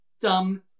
Dumb